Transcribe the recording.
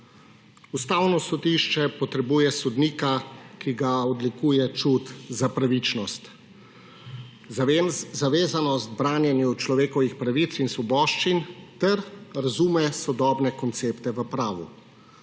Ustavno sodišče potrebuje sodnika, ki ga odlikuje čut za pravičnost, zavezanost k branjenju človekovih pravic in svoboščin ter razume sodobne koncepte v pravu.